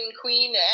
Queen